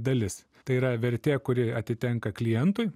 dalis tai yra vertė kuri atitenka klientui